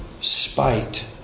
spite